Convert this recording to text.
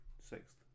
Sixth